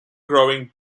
growing